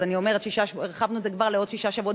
אז אני אומרת שהרחבנו את זה כבר לעוד שישה שבועות